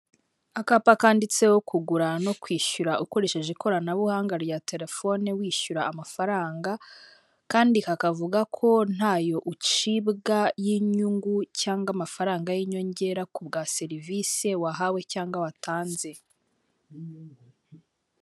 Akapa kanditseho kugura no kwishyura ukoresheje ikoranabuhanga rya telefone wishyura amafaranga, kandi kakavuga ko ntayo ucibwa y'inyungu cyangwa amafaranga y'inyongera ku bwa serivisi wahawe cyangwa watanze.